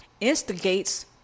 instigates